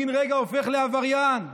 בן רגע הופך לעבריין.